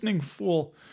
fool